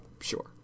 Sure